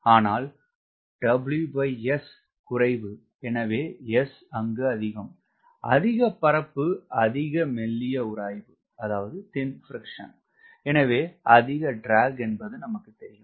ஆனால் WS குறைவு எனவே S அதிகம் அதிக பரப்பு அதிக மெல்லிய உராய்வு எனவே அதிக ட்ராக் என்பது நமக்கு தெரியும்